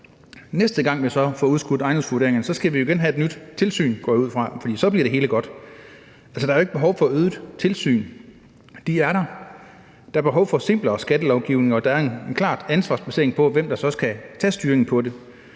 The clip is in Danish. Næste gang vi får udskudt ejendomsvurderingerne, skal vi igen have et nyt tilsyn, går jeg ud fra, for så bliver det hele godt. Altså, der er jo ikke behov for øget tilsyn. De er der. Der er behov for simplere skattelovgivning, og der er en klar ansvarsplacering på, hvem der så skal tage styringen på det,